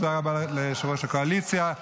תודה רבה ליושב-ראש הקואליציה,